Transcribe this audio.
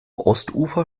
ostufer